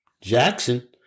Jackson